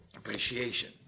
appreciation